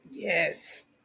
Yes